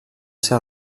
ser